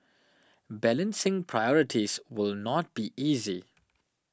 balancing priorities will not be easy